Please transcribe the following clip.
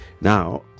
now